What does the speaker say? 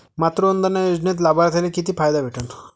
मातृवंदना योजनेत लाभार्थ्याले किती फायदा भेटन?